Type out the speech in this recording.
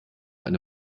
eine